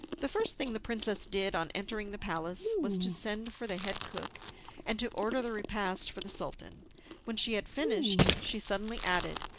the first thing the princess did on entering the palace was to send for the head cook and to order the repast for the sultan when she had finished she suddenly added,